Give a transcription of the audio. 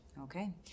Okay